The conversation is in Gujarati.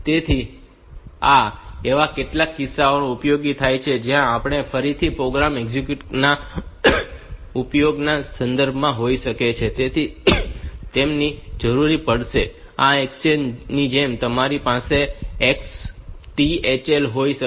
તેથી આ એવા કેટલાક કિસ્સાઓમાં ઉપયોગી થઈ શકે છે જ્યાં આપણે ફરીથી પ્રોગ્રામ એક્ઝેક્યુશન ના ઉપયોગના સંદર્ભમાં હોઈએ છીએ તેથી તેમની જરૂર પડી શકે છે અને આ એક્સચેન્જ ની જેમ તમારી પાસે XTHL હોઈ શકે છે